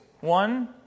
One